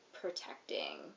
protecting